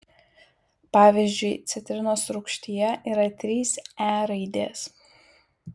pavyzdžiui citrinos rūgštyje yra trys e raidės